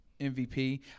MVP